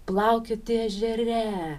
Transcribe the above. plaukioti ežere